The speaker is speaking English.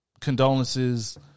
condolences